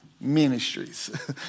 ministries